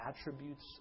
attributes